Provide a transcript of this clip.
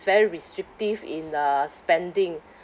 very restrictive in uh spending